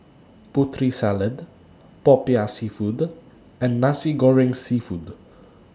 Putri Salad Popiah Seafood and Nasi Goreng Seafood